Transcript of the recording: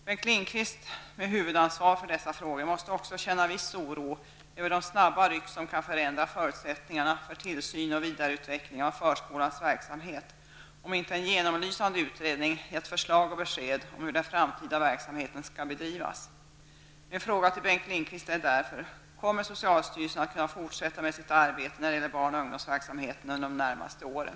Bengt Lindqvist med huvudansvar för dessa frågor måste också känna viss oro över de snabba ryck som kan förändra förutsättningarna för tillsyn och vidareutveckling av förskolans verksamhet om inte en genomlysande utredning gett förslag och besked om hur den framtida verksamheten skall bedrivas. Min fråga till Bengt Lindqvist är därför: Kommer socialstyrelsen att kunna fortsätta med sitt arbete när det gäller barn och ungdomsverksamheten under de närmaste åren?